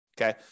Okay